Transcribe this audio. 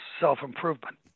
self-improvement